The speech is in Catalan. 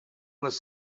les